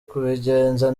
kubigenza